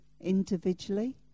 individually